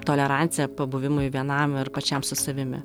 toleranciją pabuvimui vienam ir pačiam su savimi